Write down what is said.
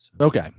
okay